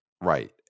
right